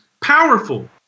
powerful